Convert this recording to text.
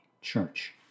church